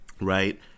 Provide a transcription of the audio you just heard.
right